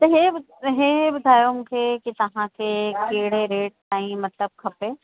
त हे हे ॿुधायो मूंखे कि तव्हां खे कहिड़े रेट ताईं मतिलबु खपे